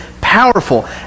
powerful